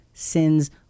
sins